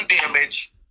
damage